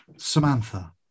Samantha